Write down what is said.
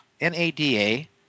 N-A-D-A